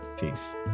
Peace